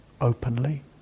openly